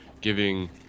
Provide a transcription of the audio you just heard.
giving